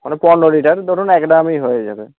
পনেরো লিটার ধরুন এক ড্রামই হয়ে যাবে